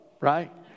Right